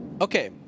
Okay